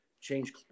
change